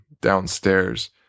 downstairs